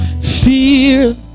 fear